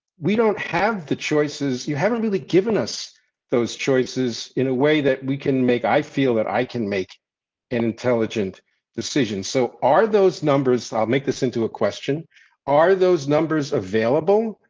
we don't have the choices. you haven't really given us those choices in a way that we can make. i feel that i can make. an intelligent decision, so are those numbers i'll make this into a question are those numbers available?